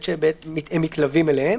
בעת שהם מתלווים אליהם.